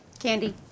Candy